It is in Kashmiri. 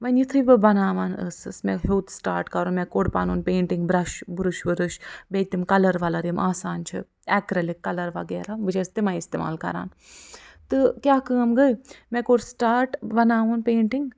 وۅنۍ یِتھُے بہٕ بناوان ٲسٕس مےٚ ہیوٚت سِٹارٹ کَرُن مےٚکوٚڈ پَنُن پینٹِنٛگ برٛش برٛوُش وُرُش بیٚیہِ تِم کَلَر وَلَر یِم آسان چھِ ایکلیرٕکۍ کَلَر وغیرہ بہٕ چھَس تِمَے اِستعمال کَران تہٕ کیٛاہ کٲم گٔے مےٚ کوٚر سِٹارٹ بناوُن پینٹِنٛگ